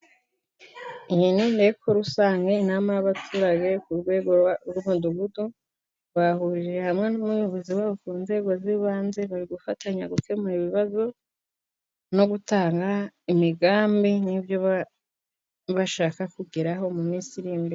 Iyi ni nteko rusange, inama y'abaturage ku rwego rw'umudugudu, bahurije hamwe n'abayobozi babo ku nzego z'ibanze, bari gufatanya gukemura ibibazo, no gutanga imigambi n'ibyo bashaka kugeraho mu minsi iri imbere.